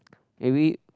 maybe